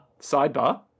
Sidebar